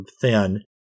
thin